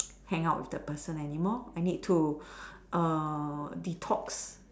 hang out with the person anymore I need to err detox